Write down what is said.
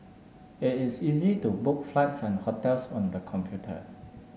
it is easy to book flights and hotels on the computer